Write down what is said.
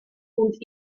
und